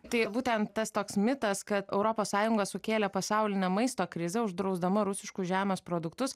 tai būtent tas toks mitas kad europos sąjunga sukėlė pasaulinę maisto krizę uždrausdama rusiškus žemės produktus